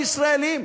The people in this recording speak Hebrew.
הישראלים,